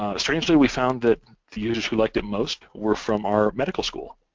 um strangely, we found that the users who liked it most were from our medical school,